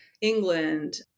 England